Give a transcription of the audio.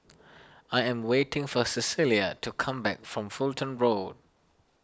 I am waiting for Cecilia to come back from Fulton Road